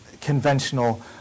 conventional